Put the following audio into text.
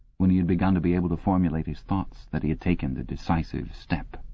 when he had begun to be able to formulate his thoughts, that he had taken the decisive step.